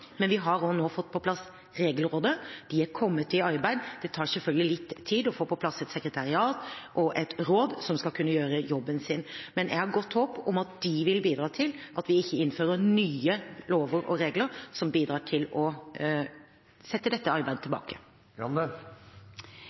Men vi har nå fått på plass Regelrådet. De er kommet i arbeid. Det tar selvfølgelig litt tid å få på plass et sekretariat og et råd som skal kunne gjøre jobben sin, men jeg har godt håp om at de vil bidra til at vi ikke innfører nye lover og regler som bidrar til å sette dette arbeidet tilbake.